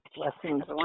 Blessings